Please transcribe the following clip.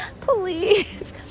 please